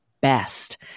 best